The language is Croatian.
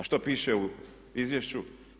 A što piše u izvješću?